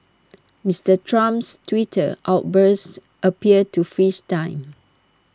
Mister Trump's Twitter outbursts appear to freeze time